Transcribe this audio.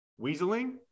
Weaseling